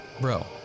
bro